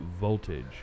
Voltage